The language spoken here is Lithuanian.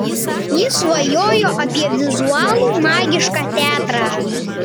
ji svajojo apie vizualų magišką teatrą